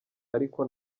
ariko